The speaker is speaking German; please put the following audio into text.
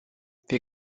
wir